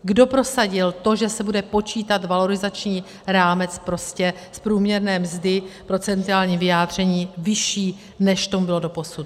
Kdo prosadil to, že se bude počítat valorizační rámec prostě z průměrné mzdy v procentuálním vyjádření vyšším, než tomu bylo doposud?